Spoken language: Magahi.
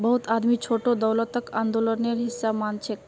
बहुत आदमी छोटो दौलतक आंदोलनेर हिसा मानछेक